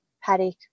paddock